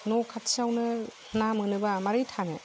न' खाथिआवनो ना मोनोबा मारै थानो